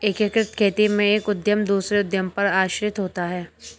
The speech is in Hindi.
एकीकृत खेती में एक उद्धम दूसरे उद्धम पर आश्रित होता है